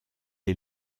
est